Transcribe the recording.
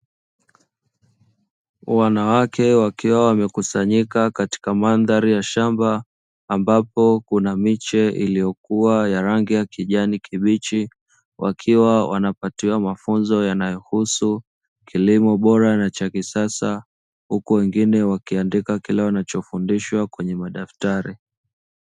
Wanawake wakiwa wamekusanyika katika mandhari ya shamba ambapo kuna miche iliyo kua ya rangi ya kijani kibichi, wakiwa wanapatiwa mafunzo yanayohusu kilimo bora na cha kisasa huku wengine wakiandika kila wanachofundishwa kwenye madaftari.